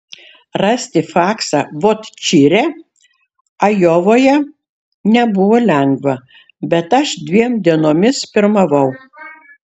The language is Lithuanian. rasti faksą vot čire ajovoje nebuvo lengva bet aš dviem dienomis pirmavau